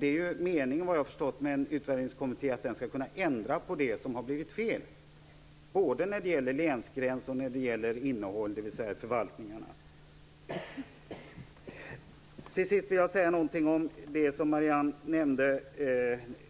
Meningen med att ha en utvärderingskommitté är väl såvitt jag förstår att den skall kunna ändra på det som har blivit fel, både när det gäller länsgräns och innehåll, dvs. Marianne Carlström nämnde